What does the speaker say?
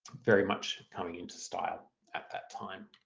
very much coming into style at that time.